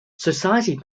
society